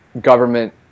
government –